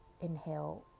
Inhale